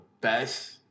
best